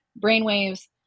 brainwaves